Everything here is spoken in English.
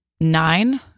nine